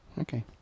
Okay